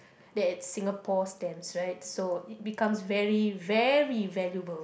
that it's Singapore stamps right so becomes very very valuable